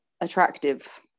attractive